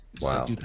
Wow